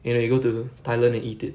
you know you go to thailand and eat it